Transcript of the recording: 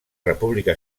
república